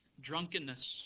drunkenness